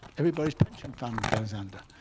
everybody's pension fund goes under.